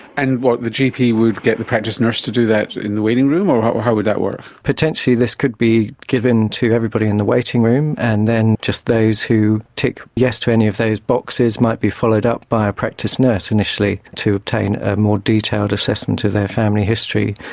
and what, the gp would get the practice nurse to do that in the waiting room, or how or how would that work? potentially this could be given to everybody in the waiting room and then just those who tick yes to any of those boxes might be followed up by a practice nurse initially to attain a more detailed assessment of their family history,